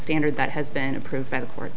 standard that has been approved by the court